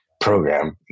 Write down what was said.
program